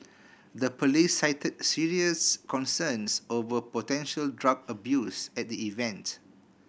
the police cited serious concerns over potential drug abuse at the event